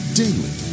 daily